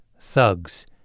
thugs